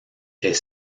est